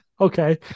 Okay